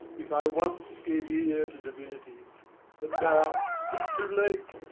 if i once gave ear to divinity and now tis too late.